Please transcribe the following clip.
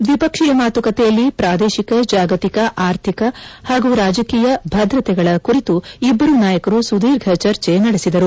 ದ್ವಿಪಕ್ಷೀಯ ಮಾತುಕತೆಯಲ್ಲಿ ಪ್ರಾದೇಶಿಕ ಜಾಗತಿಕ ಆರ್ಥಿಖ ರಾಜಕೀಯ ಹಾಗೂ ಭದ್ರತೆಗಳ ಕುರಿತು ಇಬ್ಲರೂ ನಾಯಕರು ಸುದೀರ್ಘ ಚರ್ಚೆ ನಡೆಸಿದರು